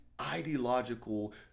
ideological